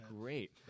great